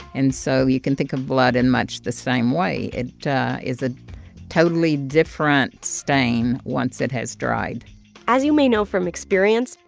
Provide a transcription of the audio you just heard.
and so you can think of blood in much the same way. it is a totally different stain once it has dried as you may know from experience,